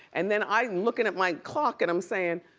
and then i'm lookin' at my clock and i'm sayin',